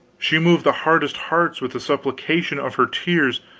she moved the hardest hearts with the supplications of her tears,